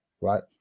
Right